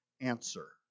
answer